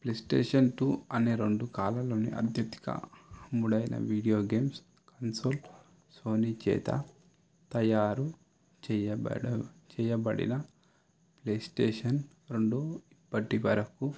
play station two అనే రెండు కాలాలను అంత్యతిక మొదలైన వీడియో గేమ్స్ కన్సోల్ చేత తయారు చేయబడ చేయబడిన ప్లే స్టేషన్ రెండు ఇప్పటికి వరకు